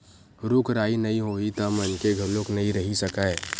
रूख राई नइ होही त मनखे घलोक नइ रहि सकय